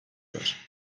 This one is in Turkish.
var